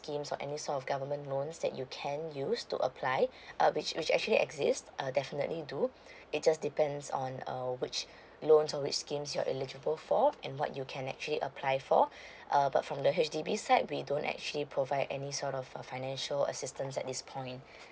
scheme or any sort of government loans that you can use to apply uh which which actually exist uh definitely do it just depends on uh which loans or which scheme you're eligible for and what you can actually apply for err but from the H_D_B side we don't actually provide any sort of uh financial assistance at this point